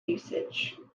usage